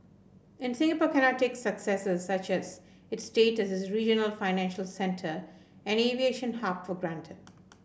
and Singapore cannot take successes such as its state as a regional financial centre and aviation hub for granted